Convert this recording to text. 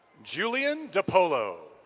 julian dipolo.